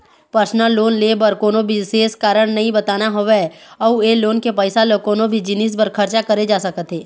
personal loan ले बर कोनो बिसेस कारन नइ बताना होवय अउ ए लोन के पइसा ल कोनो भी जिनिस बर खरचा करे जा सकत हे